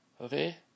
Okay